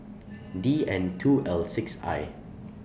D N two L six I